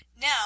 Now